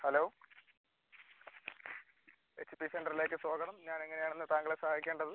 hello H P സെൻ്ററിലേക്ക് സ്വാഗതം ഞാൻ എങ്ങനെയാണ് ഇന്ന് താങ്കളെ സഹായിക്കേണ്ടത്